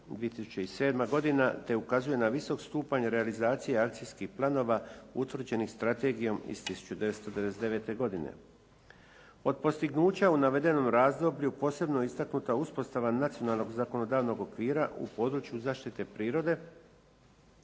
2007. godina te ukazuje na visoki stupanj realizacije akcijskih planova utvrđenih strategijom iz 1999. godine. Od postignuća u navedenom razdoblju posebno je istaknuta uspostava nacionalnog zakonodavnog okvira u području zaštite prirode